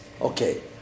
Okay